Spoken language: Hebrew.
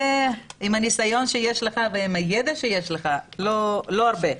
אם הניסיון שיש לך ועם הידע שיש לך לא הרבה.